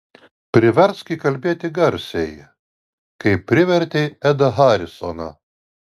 priversk jį kalbėti garsiai kaip privertei edą harisoną